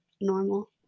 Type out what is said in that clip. normal